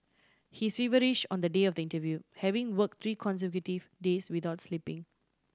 he is feverish on the day of the interview having work three consecutive days without sleeping